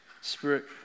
Spirit